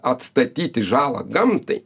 atstatyti žalą gamtai